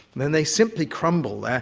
then they simply crumble.